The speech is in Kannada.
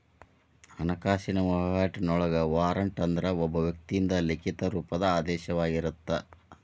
ಹಣಕಾಸಿನ ವಹಿವಾಟಿನೊಳಗ ವಾರಂಟ್ ಅಂದ್ರ ಒಬ್ಬ ವ್ಯಕ್ತಿಯಿಂದ ಲಿಖಿತ ರೂಪದ ಆದೇಶವಾಗಿರತ್ತ